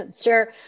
Sure